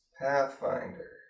Pathfinder